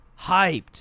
hyped